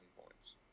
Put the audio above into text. points